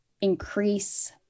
increase